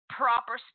proper